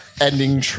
ending